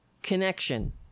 Connection